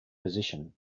position